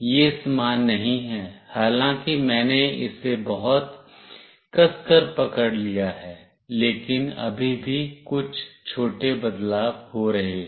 यह समान नहीं है हालांकि मैंने इसे बहुत कसकर पकड़ लिया है लेकिन अभी भी कुछ छोटे बदलाव हो रहे हैं